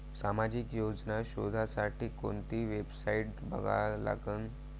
सामाजिक योजना शोधासाठी कोंती वेबसाईट बघा लागन?